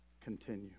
continue